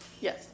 yes